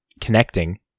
connecting